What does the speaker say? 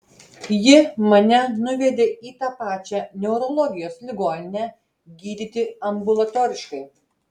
ji mane nuvedė į tą pačią neurologijos ligoninę gydyti ambulatoriškai